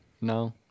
No